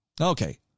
Okay